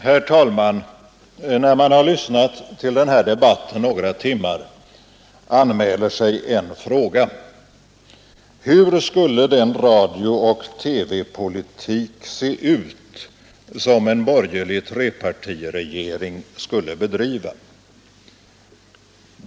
Herr talman! När man har lyssnat till denna debatt några timmar anmäler sig en fråga: Hur skulle den radiooch TV-politik se ut som en borgerlig trepartiregering skulle bedriva?